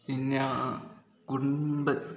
പിന്നെ കുടുംബം